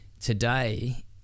Today